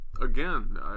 again